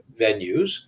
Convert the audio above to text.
venues